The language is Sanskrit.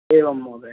एवं महोदय